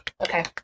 okay